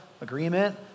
agreement